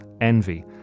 envy